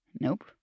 Nope